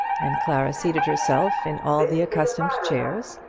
and clara seated herself in all the accustomed chairs.